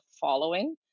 following